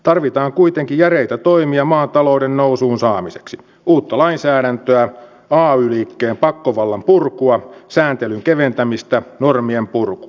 tarvitaan kuitenkin järeitä toimia maan talouden nousuun saamiseksi uutta lainsäädäntöä ay liikkeen pakkovallan purkua sääntelyn keventämistä normien purkua